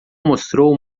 mostrou